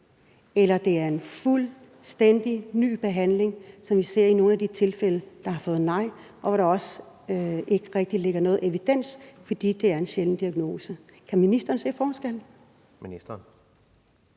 eller det er en fuldstændig ny behandling, som vi ser i nogle af de tilfælde, der har fået nej, og hvor der heller ikke rigtig foreligger nogen evidens, fordi det er en sjælden diagnose? Kan ministeren se forskellen?